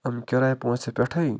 یِم کراے پونٛسہٕ تہِ پٮ۪ٹھَے